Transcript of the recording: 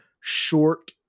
short